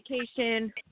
education